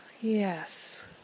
yes